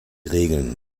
regeln